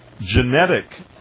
Genetic